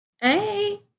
hey